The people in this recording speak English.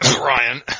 Ryan